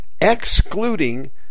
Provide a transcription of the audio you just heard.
excluding